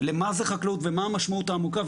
למה זה חקלאות ומה המשמעות העמוקה.